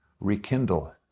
rekindle